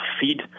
feed